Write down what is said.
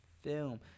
film